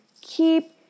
keep